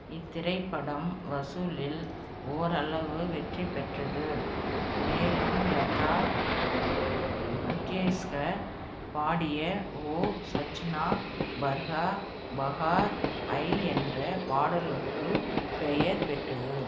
இத்திரைப்படம் வசூலில் ஓரளவு வெற்றி பெற்றது மேலும் லதா மங்கேஷ்கர் பாடிய ஓ சஜ்னா பர்கா பஹார் ஐ என்ற பாடலுக்குப் பெயர் பெற்றது